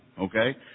Okay